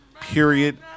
period